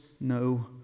no